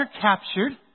captured